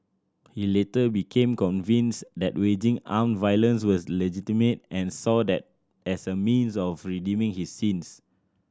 he later became convinced that waging armed violence was legitimate and saw that as a means of redeeming his sins